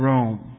Rome